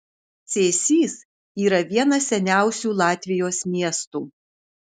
cėsys yra vienas seniausių latvijos miestų